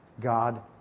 God